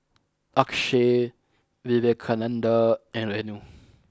Akshay Vivekananda and Renu